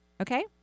okay